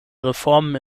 reformen